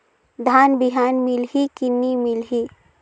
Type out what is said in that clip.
धान बिहान मिलही की नी मिलही?